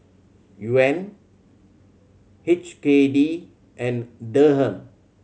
Yuan H K D and Dirham